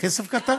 כסף קטן.